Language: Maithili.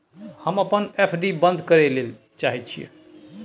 हम अपन एफ.डी बंद करय ले चाहय छियै